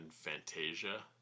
Fantasia